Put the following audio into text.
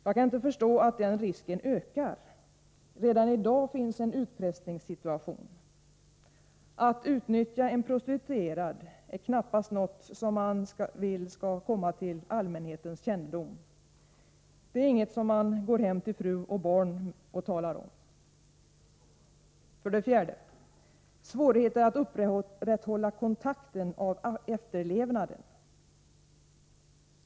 — Jag kan inte förstå att den risken ökar. Redan i dag finns en utpressningssituation. Att utnyttja en prostituerad är knappast något som man vill skall komma till allmänhetens kännedom. Det är inget som man går hem till fru och barn och talar om. 4. Svårigheter att upprätthålla kontakten beträffande efterlevnaden.